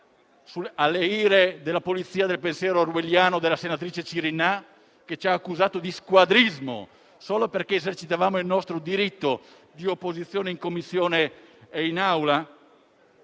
nelle ire della polizia del pensiero orwelliano della senatrice Cirinnà, che ci ha accusato di squadrismo solo perché esercitavamo il nostro diritto di opposizione in Commissione e in Aula?